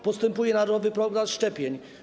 Postępuje narodowy program szczepień.